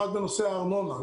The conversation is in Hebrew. אחת בנושא הארנונה.